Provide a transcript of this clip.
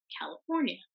California